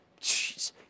Jeez